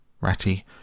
Ratty